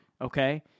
Okay